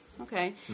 Okay